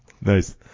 Nice